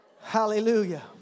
hallelujah